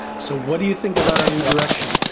so what do you think about our new direction?